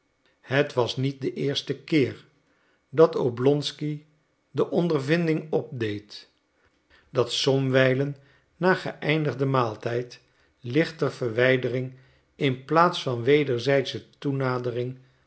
het was niet de eerste keer dat oblonsky de ondervinding opdeed dat somwijlen na geëindigden maaltijd lichter verwijdering in plaats van wederzijdsche toenadering